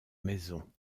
maisons